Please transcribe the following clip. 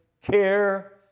care